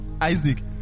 Isaac